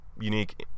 unique